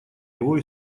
его